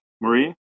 marie